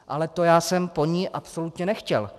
Ale to já jsem po ní absolutně nechtěl.